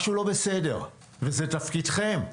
משהו לא בסדר וזה תפקידכם.